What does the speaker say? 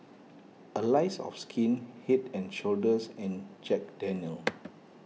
Allies of Skin Head and Shoulders and Jack Daniel's